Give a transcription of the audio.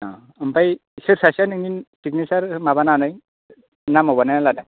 अ ओमफाय सोर सासेया नोंनि सिगनेसार माबानानै नामाव बानायनानै लादों